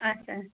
آچھا